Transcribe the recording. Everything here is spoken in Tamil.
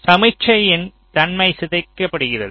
சமிக்ஞையின் தன்மை சிதைக்கப்படுகிறது